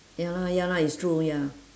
ya lah ya lah it's true ya